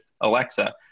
Alexa